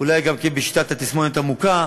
אולי גם כן בשיטת תסמונת המוכה,